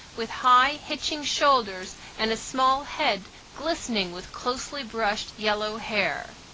with high, hitching shoulders and a small head glistening with closely brushed yellow hair.